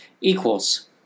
equals